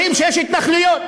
אומרים שיש התנחלויות,